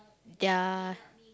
their